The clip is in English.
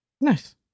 Nice